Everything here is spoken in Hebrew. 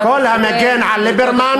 כל המגן על ליברמן,